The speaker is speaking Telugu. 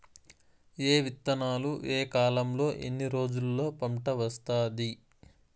ఏ విత్తనాలు ఏ కాలంలో ఎన్ని రోజుల్లో పంట వస్తాది?